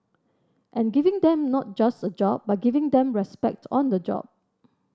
and giving them not just a job but giving them respect on the job